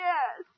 Yes